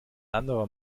anderer